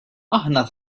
aħna